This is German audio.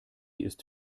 ist